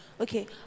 Okay